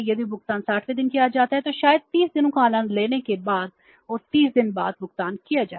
यदि भुगतान 60 वें दिन किया जाता है तो शायद 30 दिनों का आनंद लेने के बाद और 30 दिन बाद भुगतान किया जाए